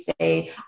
say